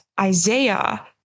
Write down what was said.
Isaiah